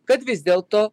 kad vis dėl to